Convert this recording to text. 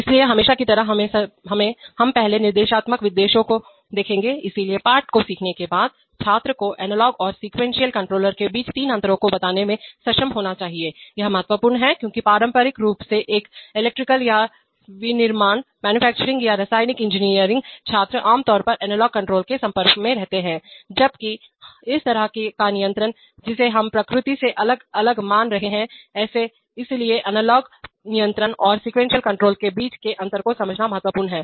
इसलिए हमेशा की तरह हम पहले निर्देशात्मक उद्देश्यों को देखेंगे इसलिए पाठ को सीखने के बाद छात्र को एनालॉग और सीक्वेंशियल कंट्रोलर के बीच तीन अंतरों को बताने में सक्षम होना चाहिए यह महत्वपूर्ण है क्योंकि पारंपरिक रूप से एक इलेक्ट्रिकल या विनिर्माणमैन्युफैक्चरिंग या रासायनिक इंजीनियरिंग छात्र आमतौर पर एनालॉग कंट्रोल के संपर्क में रहते हैं जबकि इस तरह का नियंत्रण जिसे हम प्रकृति में अलग अलग मान रहे हैं इसलिए एनालॉग नियंत्रण और सीक्वेंशियल कंट्रोल के बीच के अंतर को समझना महत्वपूर्ण है